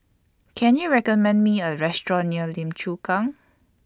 Can YOU recommend Me A Restaurant near Lim Chu Kang